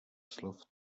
slov